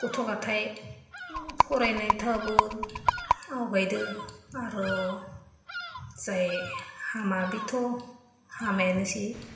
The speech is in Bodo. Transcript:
गथ' गथाय फरायनायावबो आवगायदों आरो जाय हामा बिथ' हामायानोसै